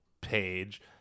page